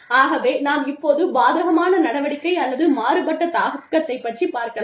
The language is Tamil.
ஆகவே நாம் இப்போது பாதகமான நடவடிக்கை அல்லது மாறுபட்ட தாக்கத்தைப் பற்றி பார்க்கலாம்